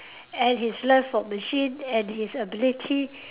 and his love for machine and his ability